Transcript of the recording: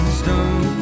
stone